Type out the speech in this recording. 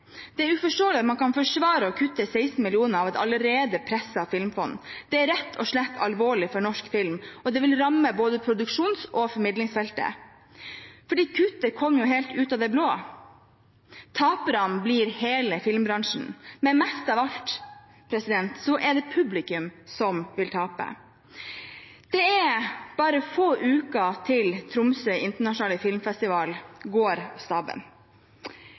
Det er uforståelig at man kan forsvare å kutte 16 mill. kr i et allerede presset filmfond. Det er rett og slett alvorlig for norsk film. Det vil ramme både produksjons- og formidlingsfeltet. Kuttet kom jo helt ut av det blå. Taperne blir hele filmbransjen, men mest av alt er det publikum som vil tape. Det er bare få uker til Tromsø Internasjonale Filmfestival går